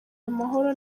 amahoro